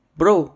bro